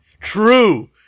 True